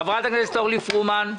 חברת הכנסת אורלי פרומן.